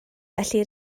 felly